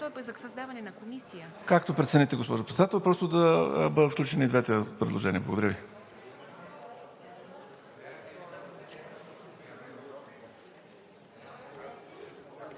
Както прецените, госпожо Председател – просто да бъдат включени и двете предложения. Благодаря Ви.